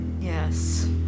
Yes